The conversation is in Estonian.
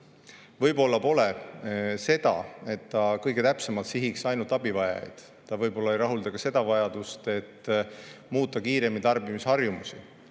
võib-olla pole selline, et ta kõige täpsemalt sihiks ainult abivajajaid, ta võib-olla ei rahulda seda vajadust, et muuta kiiremini tarbimisharjumusi.